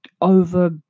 over